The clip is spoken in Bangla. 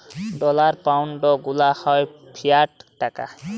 ডলার, পাউনড গুলা হ্যয় ফিয়াট টাকা